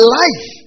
life